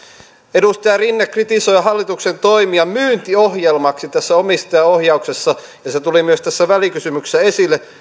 edustaja rinne kritisoi hallituksen toimia myyntiohjelmaksi tässä omistajaohjauksessa ja se tuli myös tässä välikysymyksessä esille